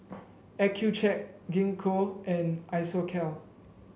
Accucheck Gingko and Isocal